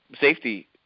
safety